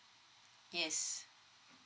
yes